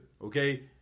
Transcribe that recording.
okay